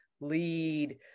lead